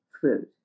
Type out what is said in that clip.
food